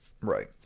Right